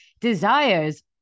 desires